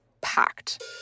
packed